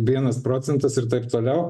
vienas procentas ir taip toliau